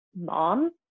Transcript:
mom